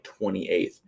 28th